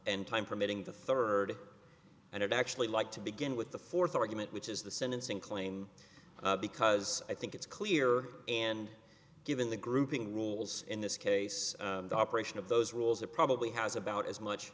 time permitting the third and actually like to begin with the fourth argument which is the sentencing claim because i think it's clear and given the grouping rules in this case the operation of those rules it probably has about as much